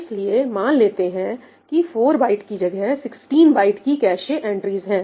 इसलिए मान लेते हैं कि 4 बाइट की जगह 16 बाइट की कैशे एंट्रीज है